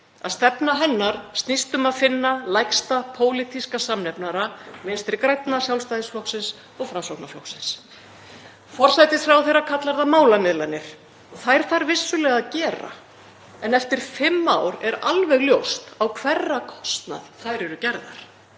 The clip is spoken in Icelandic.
að stefna hennar snýst um að finna lægsta pólitíska samnefnara Vinstri grænna, Sjálfstæðisflokksins og Framsóknarflokksins. Forsætisráðherra kallar það málamiðlanir. Þær þarf vissulega að gera en eftir fimm ár er alveg ljóst á hverra kostnað þær eru gerðar.